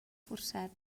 forçat